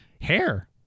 hair